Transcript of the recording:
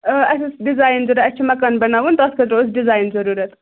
اَسہِ اوس ڈِزایِن ضوٚرَتھ اَسہِ چھِ مکان بَناوُن تَتھ خٲطرٕ اوس ڈِزایِن ضٔروٗرَت